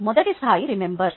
మొదటి స్థాయి రిమెంబర్